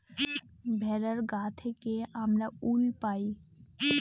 ভেড়ার গা থেকে আমরা উল পাই